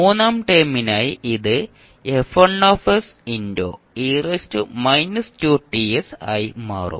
മൂന്നാം ടേമിനായി ഇത് ആയി മാറും